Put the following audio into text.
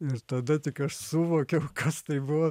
ir tada tik aš suvokiau kas tai buvo